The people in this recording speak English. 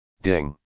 Ding